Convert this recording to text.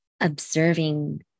observing